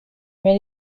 mais